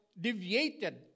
deviated